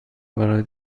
برای